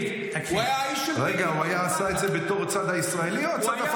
הוא היה יועץ של ביבי, הוא היה האיש של ביבי.